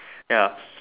ya